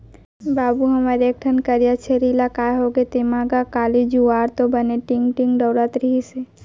बाबू हमर एक ठन करिया छेरी ला काय होगे तेंमा गा, काली जुवार तो बने टींग टींग दउड़त रिहिस हे